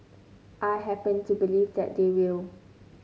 I happen to believe that they will